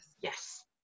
Yes